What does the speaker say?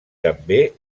també